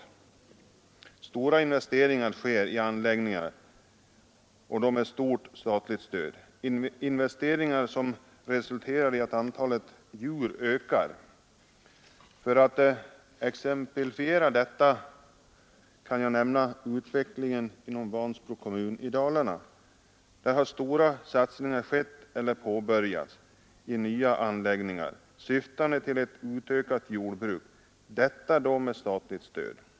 Omfattande investeringar i anläggningar sker med stort statligt stöd — investeringar som resulterar i att antalet djur ökar. För att exemplifiera detta kan jag redovisa utvecklingen inom Vansbro kommun i Dalarna. Där har stora satsningar skett eller påbörjats i nya anläggningar syftande till ett utökat jordbruk, detta då med statligt stöd.